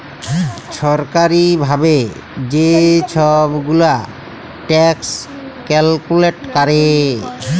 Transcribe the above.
ছরকারি ভাবে যে ছব গুলা ট্যাক্স ক্যালকুলেট ক্যরে